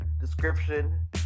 description